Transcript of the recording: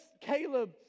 Caleb